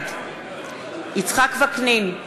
בעד יצחק וקנין,